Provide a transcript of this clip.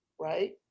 right